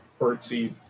birdseed